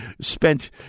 spent